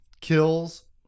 kills